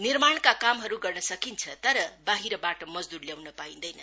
निर्माणका कामहरू गर्न सकिन्छ तर बाहिरबाट मजदुर ल्याउन पाइन्दैन